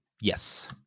Yes